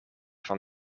van